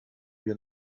wir